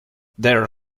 their